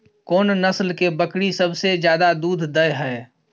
कोन नस्ल के बकरी सबसे ज्यादा दूध दय हय?